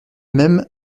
même